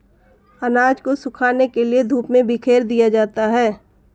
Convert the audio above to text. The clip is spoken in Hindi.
अनाज को सुखाने के लिए धूप में बिखेर दिया जाता है